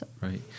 Right